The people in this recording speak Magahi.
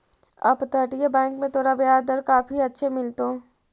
अपतटीय बैंक में तोरा ब्याज दर काफी अच्छे मिलतो